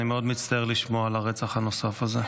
אני מאוד מצטער לשמוע על הרצח הנוסף הזה.